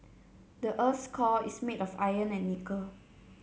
the earth's core is made of iron and nickel